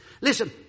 Listen